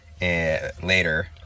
later